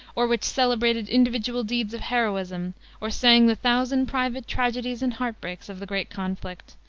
or which celebrated individual deeds of heroism or sang the thousand private tragedies and heart-breaks of the great conflict,